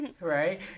right